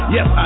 Yes